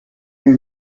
mes